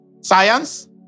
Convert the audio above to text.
Science